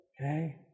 Okay